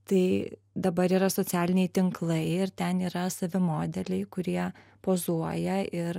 tai dabar yra socialiniai tinklai ir ten yra savi modeliai kurie pozuoja ir